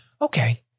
Okay